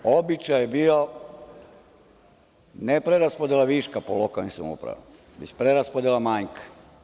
Običaj je bio ne preraspodela viška po lokalnim samoupravama, već preraspodela manjka.